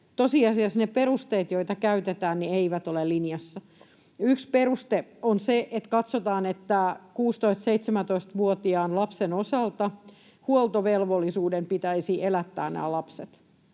Tosiasiassa ne perusteet, joita käytetään, eivät ole linjassa. Yksi peruste on se, että katsotaan, että 16—17-vuotiaan lapsen osalta huoltovelvollisuuden pitäisi elättää nämä lapset.